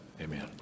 amen